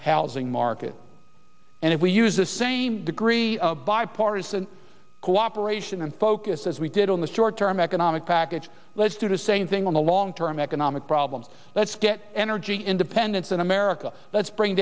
halfing market and if we use the same degree bipartisan cooperation and focus as we did on the short term economic package let's do the same thing in the long term economic problems let's get energy independence in america let's bring